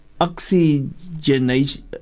Oxygenation